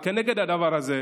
כנגד הדבר הזה,